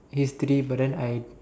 history but then I